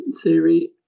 theory